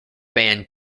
band